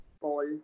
ball